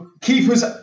keepers